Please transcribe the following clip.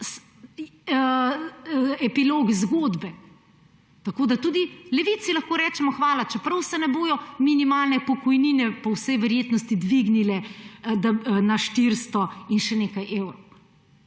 epilog zgodbe, tako da tudi Levici lahko rečemo hvala, čeprav se ne bodo minimalne pokojnine po vsej verjetnosti dvignile na 400 in še nekaj evrov.